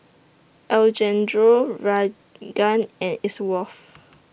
Alejandro Raegan and Elsworth